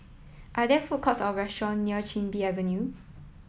are there food courts or restaurant near Chin Bee Avenue